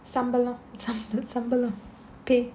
சம்பளம்:sambalam pay